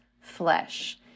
flesh